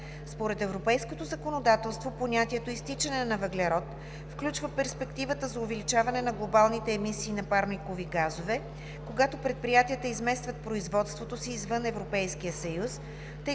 Според европейското законодателство понятието „изтичане на въглерод“ включва перспективата за увеличаване на глобалните емисии на парникови газове, когато предприятията изместват производството си извън Европейския съюз,